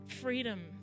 Freedom